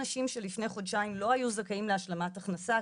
אנשים שלפני חודשיים לא היו זכאים להשלמת הכנסה,